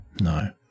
no